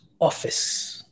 office